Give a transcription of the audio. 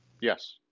Yes